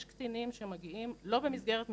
יש קטינים שמגיעים לא במסגרת משפחתית.